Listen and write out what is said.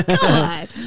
God